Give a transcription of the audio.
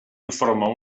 informe